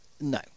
No